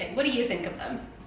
what do you think of them?